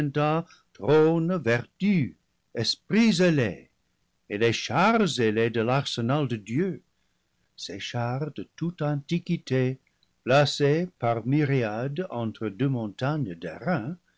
vertus esprits ailés et les chars ailés de l'arsenal de dieu ces chars de toute antiquité placés par myriades entre deux montagnes d'airain